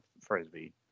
Frisbee